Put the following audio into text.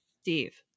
Steve